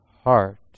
heart